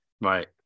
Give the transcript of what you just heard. Right